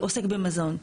עוסק במזון.